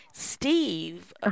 Steve